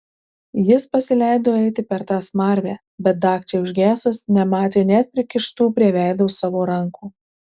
jis pasileido eiti per tą smarvę bet dagčiai užgesus nematė net prikištų prie veido savo rankų